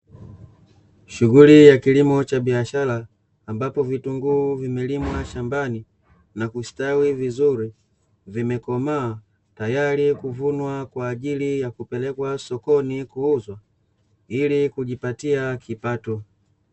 Shughuli ya kilimo cha biashara, ambapo vitunguu vimelimwa shambani na kustawi vizuri vimekomaa tayari kuvunwa kwa ajili yakupelekwa sokoni kuuzwa ilikujipatia kipato.